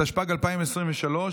התשפ"ג 2023,